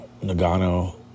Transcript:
Nagano